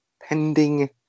pending